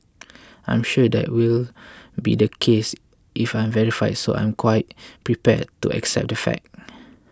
I'm sure that will be the case if I verify so I'm quite prepared to accept that fact